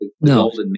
No